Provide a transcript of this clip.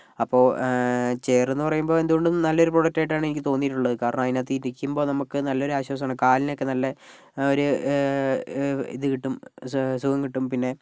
അപ്പോൾ ചെയറെന്ന് പറയുമ്പോൾ എന്തുകൊണ്ടും നല്ലൊരു പ്രോഡക്റ്റ് ആയിട്ടാണ് എനിക്ക് തോന്നിയിട്ടുള്ളത് കാരണം അതിനകത്തിരിക്കുമ്പോൾ നമുക്ക് നല്ലൊരാശ്വാസമാണ് കാലിനൊക്കെ നല്ല ഒരു ഇത് കിട്ടും സുഖം കിട്ടും പിന്നെ